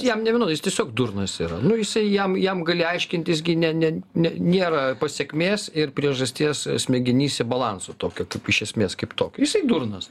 jam nevienodai jis tiesiog durnas yra nu jisai jam jam gali aiškinti jis gi ne ne ne nėra pasekmės ir priežasties smegenyse balanso tokio kaip iš esmės kaip tokio jisai durnas